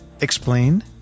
explain